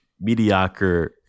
mediocre